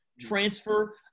transfer